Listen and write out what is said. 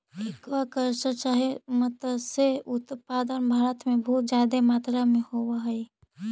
aqua culture चाहे मत्स्य उत्पादन भारत में बहुत जादे मात्रा में होब हई